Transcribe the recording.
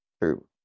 True